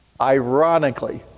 Ironically